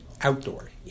outdoor